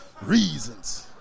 reasons